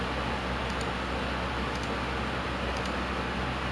I think ever since like this intern right it really made me reflect on